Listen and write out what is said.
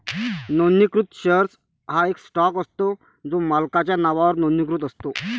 नोंदणीकृत शेअर हा एक स्टॉक असतो जो मालकाच्या नावावर नोंदणीकृत असतो